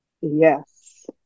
Yes